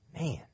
Man